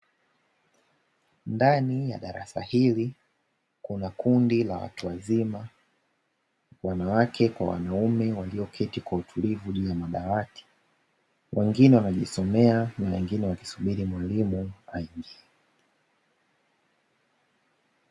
Ndani ya darasa hili kuna kundi la watu wazima wanawake kwa wanaume walioketi kwa utulivu juu ya madawati. Wengine wanajisomea na wengine wakisubiri mwalimu aingie.